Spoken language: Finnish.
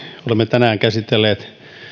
tänään käsitelleet